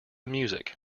music